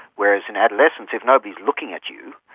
whereas in adolescence if nobody is looking at you,